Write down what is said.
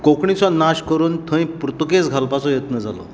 कोंकणीचो नाश करून थंय पुर्तुगेज घालपाचो यत्न जालो